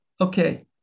Okay